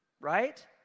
right